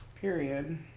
Period